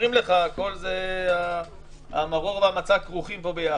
אומרים לך: המרור והמצה כפופים פה ביחד.